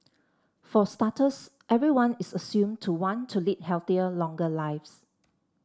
for starters everyone is assumed to want to lead healthier longer lives